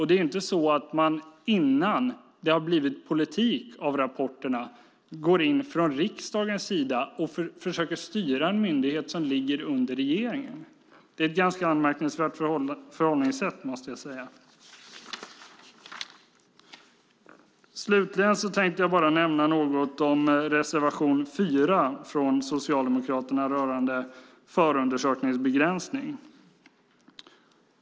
Det är inte så att man, innan det har blivit politik av rapporterna, från riksdagens sida går in och försöker styra en myndighet som ligger under regeringen. Jag måste säga att det är ett ganska anmärkningsvärt förhållningssätt. Slutligen tänkte jag nämna något om reservation 4 från Socialdemokraterna rörande förundersökningsbegränsning.